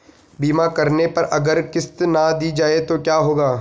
बीमा करने पर अगर किश्त ना दी जाये तो क्या होगा?